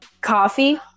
Coffee